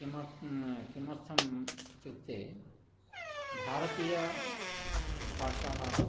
किमत् किमर्थम् इत्युक्ते भारतीया भाषा